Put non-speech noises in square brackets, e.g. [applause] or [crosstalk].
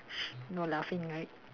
[noise] no laughing right